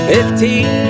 Fifteen